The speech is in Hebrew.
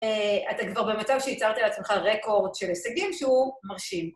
אתה כבר במצב שהצהרת על עצמך רקורד של הישגים שהוא מרשים.